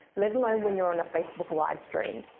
let alone when you're on a facebook livestream.